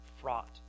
fraught